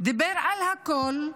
דיבר על הכול,